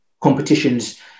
competitions